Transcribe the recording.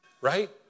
right